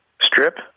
strip